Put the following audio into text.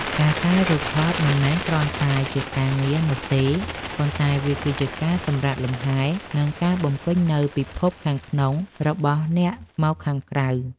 ការកែរូបថតមិនមែនគ្រាន់តែជាការងារនោះទេ ប៉ុន្តែវាគឺជាការសម្រាកលំហែ និងការបញ្ចេញនូវពិភពខាងក្នុងរបស់អ្នកមកខាងក្រៅ។